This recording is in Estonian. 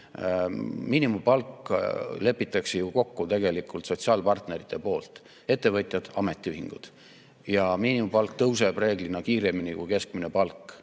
Miinimumpalk lepitakse tegelikult kokku sotsiaalpartnerite poolt: ettevõtjad, ametiühingud. Ja miinimumpalk tõuseb reeglina kiiremini kui keskmine palk.